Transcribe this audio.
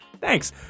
Thanks